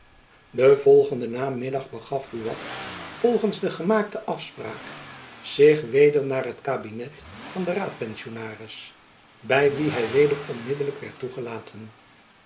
den volgenden namiddag begaf buat volgends de gemaakte afspraak zich weder naar het kabinet van den raadpensionaris by wien hy weder onmiddelijk werd toegelaten